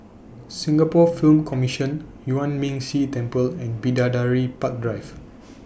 Singapore Film Commission Yuan Ming Si Temple and Bidadari Park Drive